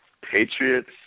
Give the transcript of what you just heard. Patriots